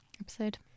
episode